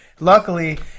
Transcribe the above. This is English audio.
Luckily